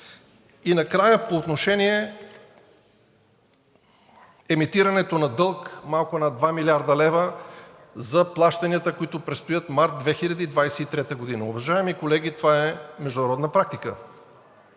И на края по отношение емитирането на дълг малко над 2 млрд. лв. за плащанията, които предстоят през март 2023 г. Уважаеми колеги, това е международна практика.